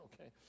okay